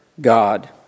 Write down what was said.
God